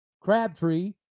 Crabtree